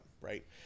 right